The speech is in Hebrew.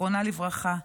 זיכרונה לברכה,